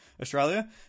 Australia